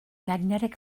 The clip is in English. magnetic